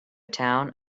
town